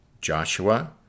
Joshua